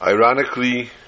Ironically